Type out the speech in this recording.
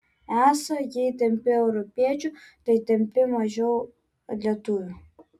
esą jei tampi europiečiu tai tampi mažiau lietuviu